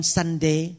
Sunday